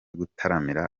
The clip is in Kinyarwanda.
gutaramira